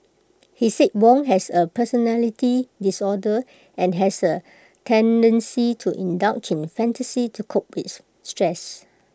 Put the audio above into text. he said Wong has A personality disorder and has A tendency to indulge in fantasy to cope with stress